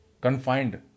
confined